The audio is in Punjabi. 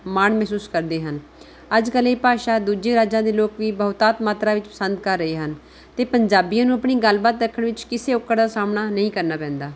ਮਾਣ ਮਹਿਸੂਸ ਕਰਦੇ ਹਨ ਅੱਜ ਕੱਲ੍ਹ ਇਹ ਭਾਸ਼ਾ ਦੂਜੇ ਰਾਜਾਂ ਦੇ ਲੋਕ ਵੀ ਬਹੁਤਾਤ ਮਾਤਰਾ ਵਿੱਚ ਪਸੰਦ ਕਰ ਰਹੇ ਹਨ ਅਤੇ ਪੰਜਾਬੀਆਂ ਨੂੰ ਆਪਣੀ ਗੱਲਬਾਤ ਰੱਖਣ ਵਿੱਚ ਕਿਸੇ ਔਕੜ ਦਾ ਸਾਹਮਣਾ ਨਹੀਂ ਕਰਨਾ ਪੈਂਦਾ